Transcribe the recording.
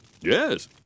Yes